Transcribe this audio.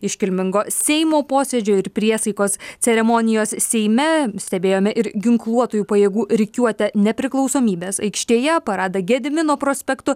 iškilmingo seimo posėdžio ir priesaikos ceremonijos seime stebėjome ir ginkluotųjų pajėgų rikiuotę nepriklausomybės aikštėje paradą gedimino prospektu